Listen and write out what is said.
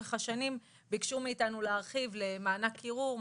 לאורך השנים ביקשו מאיתנו להרחיב למענק קירור,